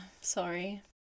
sorry